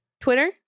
Twitter